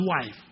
wife